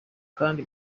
kandi